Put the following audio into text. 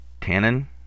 tannin